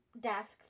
desk